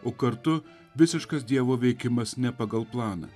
o kartu visiškas dievo veikimas ne pagal planą